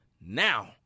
now